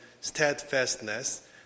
steadfastness